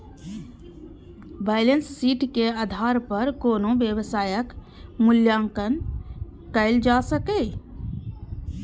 balance sheet के आधार पर कोनो व्यवसायक मूल्यांकन कैल जा सकैए